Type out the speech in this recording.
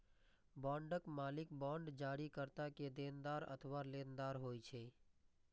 बांडक मालिक बांड जारीकर्ता के देनदार अथवा लेनदार होइ छै